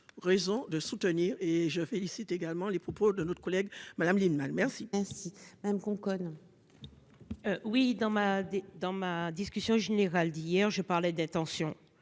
raison de soutenir et je félicite également les propos de notre collègue, Madame Lienemann merci. Merci, même Conconne. Oui, dans ma dans ma discussion générale d'hier, je parlais d'attention,